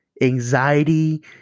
anxiety